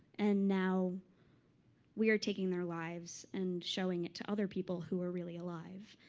and now we are taking their lives and showing it to other people who are really alive.